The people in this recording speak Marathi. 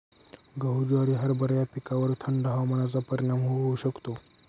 गहू, ज्वारी, हरभरा या पिकांवर थंड हवामानाचा काय परिणाम होऊ शकतो?